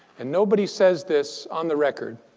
and nobody says this on the record.